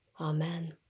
Amen